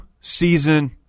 season